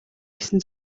гэсэн